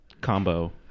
combo